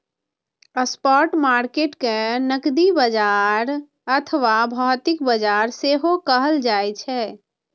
spot market कें नकदी बाजार अथवा भौतिक बाजार सेहो कहल जाइ छै